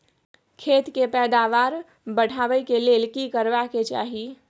खेत के पैदावार बढाबै के लेल की करबा के चाही?